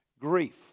Grief